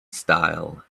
style